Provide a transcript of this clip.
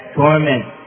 torment